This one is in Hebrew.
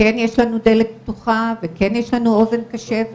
כן יש לנו דלת פתוחה, וכן יש לנו אוזן קשבת,